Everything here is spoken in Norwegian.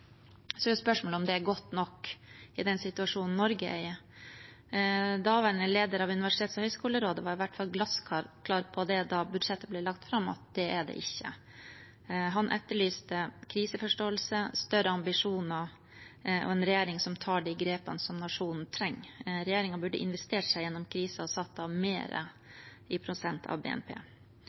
Så er spørsmålet om det er godt nok i den situasjonen Norge er i. Daværende leder av Universitets- og høgskolerådet var iallfall glassklar da budsjettet ble lagt fram, på at det er det ikke. Han etterlyste kriseforståelse, større ambisjoner og en regjering som tar de grepene som nasjonen trenger. Regjeringen burde investert seg gjennom krisen og satt av mer i prosent av BNP.